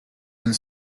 and